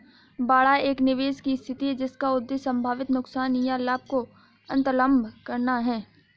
बाड़ा एक निवेश की स्थिति है जिसका उद्देश्य संभावित नुकसान या लाभ को अन्तर्लम्ब करना है